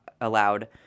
allowed